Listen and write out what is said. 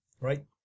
right